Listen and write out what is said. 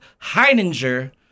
Heininger